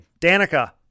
Danica